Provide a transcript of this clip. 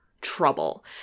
trouble